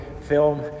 film